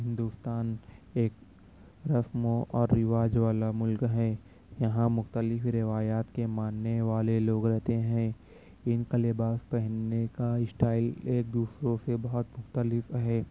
ہندوستان ایک رسموں اور رواج والا ملک ہے یہاں مخلتف روایات کے ماننے والے لوگ رہتےہیں ان کا لباس پہننے کا اسٹائل ایک دوسروں سے بہت مختلف ہے